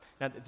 Now